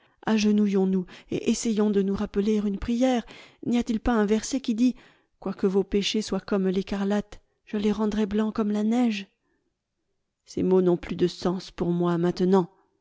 nous et essayons de nous rappeler une prière n'y a-t-il pas un verset qui dit quoique vos péchés soient comme l'écarlate je les rendrai blancs comme la neige ces mots n'ont plus de sens pour moi maintenant